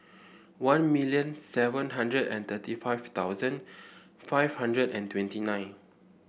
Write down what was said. one million seven hundred and thirty five thousand five hundred and twenty nine